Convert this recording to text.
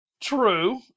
True